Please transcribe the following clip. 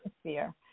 atmosphere